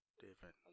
Different